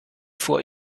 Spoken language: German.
vor